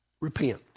Repent